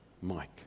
Mike